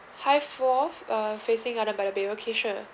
high floors uh facing garden by the bay okay sure